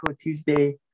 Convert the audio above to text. Tuesday